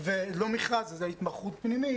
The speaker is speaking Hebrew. אינה רלוונטית.